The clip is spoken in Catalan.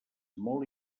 molt